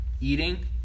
eating